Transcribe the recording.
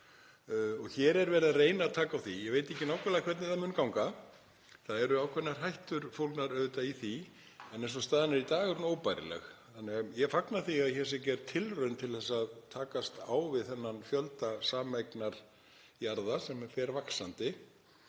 Hér er verið að reyna að taka á því. Ég veit ekki nákvæmlega hvernig það mun ganga. Það eru ákveðnar hættur fólgnar í því en eins og staðan er í dag er hún óbærileg þannig að ég fagna því að hér sé gerð tilraun til að takast á við þennan fjölda sameignarjarða sem fer vaxandi